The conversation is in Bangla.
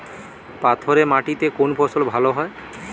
পাথরে মাটিতে কোন ফসল ভালো হয়?